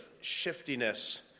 shiftiness